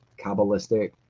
Kabbalistic